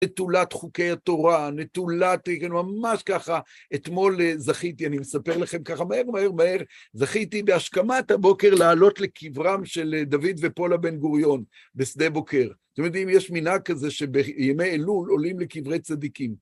נטולת חוקי התורה, נטולת... כן? ממש ככה, אתמול זכיתי, אני מספר לכם ככה, מהר, מהר, מהר, זכיתי בהשכמת הבוקר לעלות לקברם של דוד ופולה בן גוריון, בשדה בוקר. אתם יודעים, יש מנהג כזה שבימי אלול עולים לקברי צדיקים.